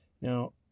Now